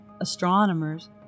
astronomers